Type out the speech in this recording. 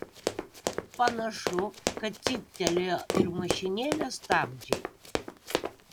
panašu kad cyptelėjo ir mašinėlės stabdžiai